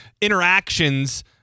interactions